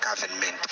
government